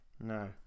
No